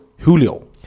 Julio